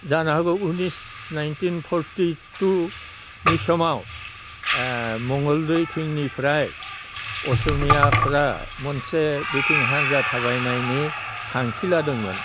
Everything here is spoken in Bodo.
जानो हागौ उन्निस नाइन्टिन फर्टि टुनि समाव मंगलदैथिंनिफ्राय असमियाफोरा मोनसे बिथिं हानजा थाबायनायनि थांखि लादोंमोन